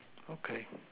okay